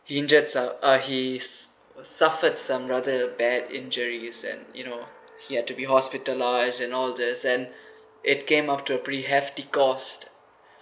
he injured uh he's suffered some rather bad injuries and you know he had to be hospitalized and all this and it came out to pretty hefty cost